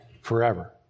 forever